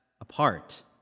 apart